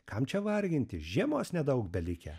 kam čia vargintis žiemos nedaug belikę